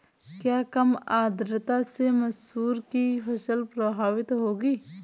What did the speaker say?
क्या कम आर्द्रता से मसूर की फसल प्रभावित होगी?